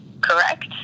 correct